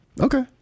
Okay